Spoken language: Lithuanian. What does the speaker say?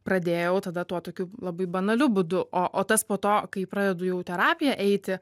pradėjau tada tokiu labai banaliu būdu o o tas po to kai pradedu jau terapiją eiti